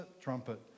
trumpet